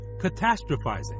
catastrophizing